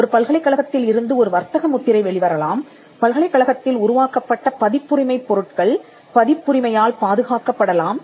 ஒரு பல்கலைக்கழகத்தில் இருந்து ஒரு வர்த்தக முத்திரை வெளிவரலாம் பல்கலைக்கழகத்தில் உருவாக்கப்பட்ட பதிப்புரிமைப் பொருட்கள் பதிப்புரிமையால் பாதுகாக்கப்படலாம்